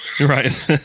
Right